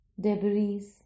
debris